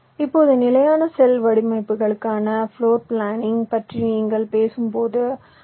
இப்போது நிலையான செல் வடிவமைப்புகளுக்கான ப்ளோர் பிளானிங் பற்றி நீங்கள் பேசும்போது ஐ